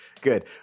Good